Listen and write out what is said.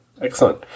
Excellent